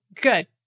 good